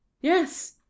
Yes